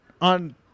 on